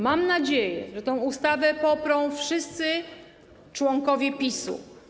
Mam nadzieję, że tę ustawę poprą wszyscy członkowie PiS-u.